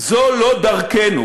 זו לא דרכנו.